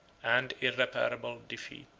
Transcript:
and irreparable, defeat.